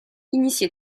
initié